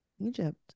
Egypt